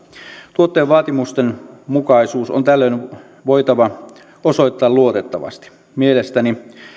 tuotteen vaatimusten mukaisuus on tällöin voitava osoittaa luotettavasti mielestäni